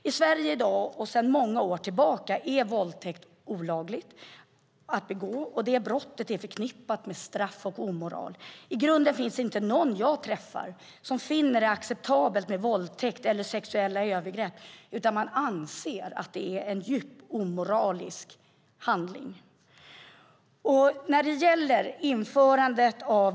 I Sverige är det sedan många år tillbaka olagligt att begå våldtäkt. Det brottet är förknippat med straff och omoral. I grunden finns det inte någon jag träffar som finner det acceptabelt med våldtäkt eller sexuella övergrepp, utan man anser att det är en djupt omoralisk handling.